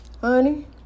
Honey